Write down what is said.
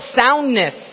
soundness